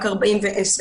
זה